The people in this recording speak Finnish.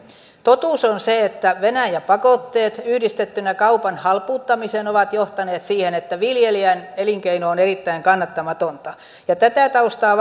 totuus on se että venäjä pakotteet yhdistettynä kaupan halpuuttamiseen ovat johtaneet siihen että viljelijän elinkeino on erittäin kannattamatonta tätä taustaa